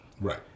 Right